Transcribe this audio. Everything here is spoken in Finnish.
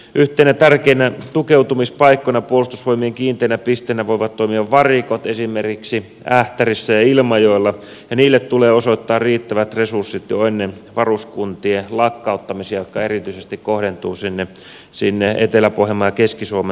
yhtenä tärkeänä tukeutumispaikkana puolustusvoimien kiinteänä pisteenä voivat toimia varikot esimerkiksi ähtärissä ja ilmajoella ja niille tulee osoittaa riittävät resurssit jo ennen varuskuntien lakkauttamisia jotka erityisesti kohdentuvat sinne etelä pohjanmaan ja keski suomen alueille